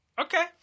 Okay